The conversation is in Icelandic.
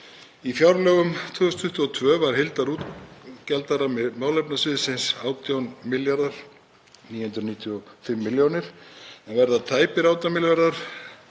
Í fjárlögum 2022 var heildarútgjaldarammi málefnasviðsins 18 milljarðar og 995 milljónir en verður tæpir 18 milljarðar